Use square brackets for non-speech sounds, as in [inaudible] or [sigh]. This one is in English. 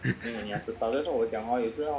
[laughs]